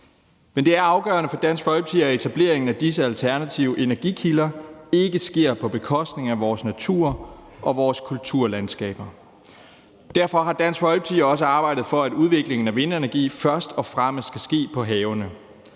men det er afgørende for Dansk Folkeparti, at etableringen af disse alternative energikilder ikke sker på bekostning af vores natur og vores kulturlandskaber. Derfor har Dansk Folkeparti også arbejdet for, at udviklingen af vindenergi først og fremmest skal ske på havene.